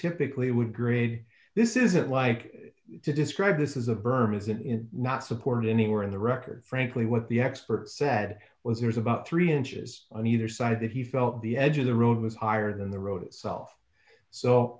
typically would grade this is it like to describe this is a berm is it is not supported anywhere in the record frankly what the experts said was there is about three inches on either side that he felt the edge of the road was higher than the road itself so